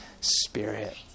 spirit